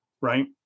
right